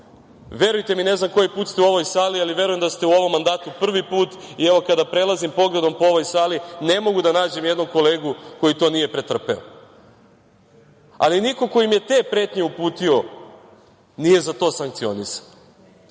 kako god. Ne znam koji ste put u sali, ali verujem da ste u ovom mandatu prvi put, i evo, kada prelazim pogledom po ovoj sali ne mogu da nađem jednog kolegu koji to nije pretrpeo, ali niko koji im je te pretnje uputio nije za to sankcionisan. Postavlja